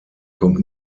kommt